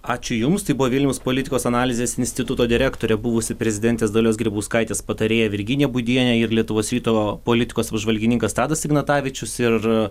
ačiū jums tai buvo vilniaus politikos analizės instituto direktorė buvusi prezidentės dalios grybauskaitės patarėja virginija būdienė ir lietuvos ryto politikos apžvalgininkas tadas ignatavičius ir